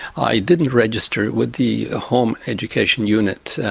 i didn't register with the home education unit.